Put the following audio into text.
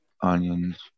onions